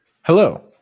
Hello